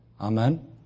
Amen